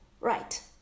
right